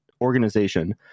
organization